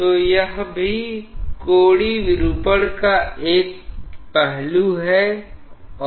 तो यह भी कोणीय विरूपण का एक पहलू है